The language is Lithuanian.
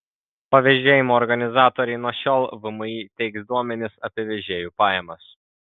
pavėžėjimo organizatoriai nuo šiol vmi teiks duomenis apie vežėjų pajamas